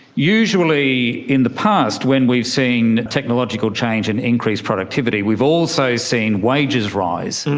usually in the past when we've seen technological change and increased productivity we've also seen wages rise.